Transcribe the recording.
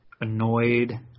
annoyed